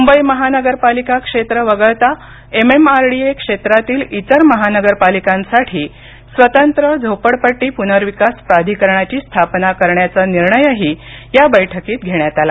मुंबई महानगरपालिका क्षेत्र वगळता एमएमआरडीए क्षेत्रातील इतर महानगरपालीकांसाठी स्वतंत्र झोपडपट्टी प्नर्विकास प्राधिकरणाची स्थापना करण्याचा निर्णयही या बैठकीत घेण्यात आला